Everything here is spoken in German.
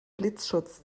blitzschutz